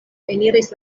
eniris